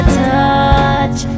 touch